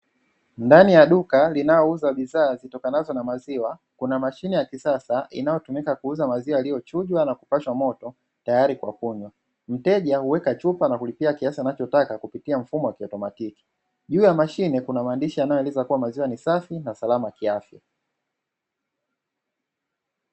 Ndani ya duka linayouza bidhaa zitokanazo na maziwa kuna mashine ya kisasa inayotumika kuuza maziwa yaliyochujwa na kupashwa moto tayari kwa kunywa mteja weka chupa na kulipia kiasi anachotaka kupitia mfumo wa kiatomatiki juu ya mashine kuna maandishi yanaeleza kuwa maziwa ni safi na salama kiafya.